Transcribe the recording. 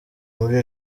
muri